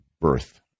birth